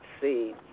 see